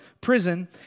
prison